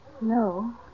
No